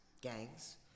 gangs